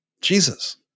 Jesus